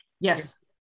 Yes